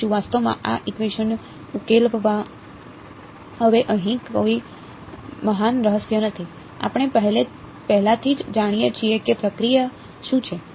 વાસ્તવમાં આ ઇકવેશન ઉકેલવા હવે અહીં કોઈ મહાન રહસ્ય નથી આપણે પહેલાથી જ જાણીએ છીએ કે પ્રક્રિયા શું છે